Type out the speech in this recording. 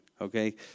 Okay